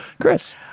Chris